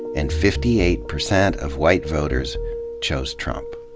and fifty eight percent of white voters chose trump.